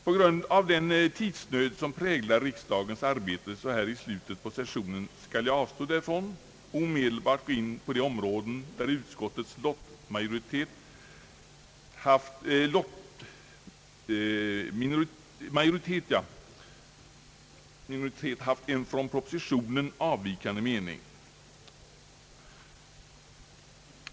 På grund av den tidsnöd som präglar riksdagens arbete så här i slutet av sessionen skall jag dock avstå därifrån och omedelbart gå in på de områden där utskottets lottmajoritet haft en från propositionen avvikande mening.